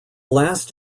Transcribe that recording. last